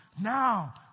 Now